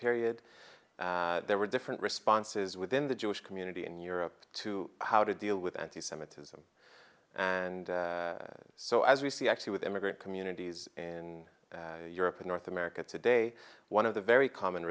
period there were different responses within the jewish community in europe to how to deal with antisemitism and so as we see actually with immigrant communities in europe in north america today one of the very common